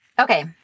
Okay